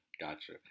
Gotcha